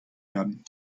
werden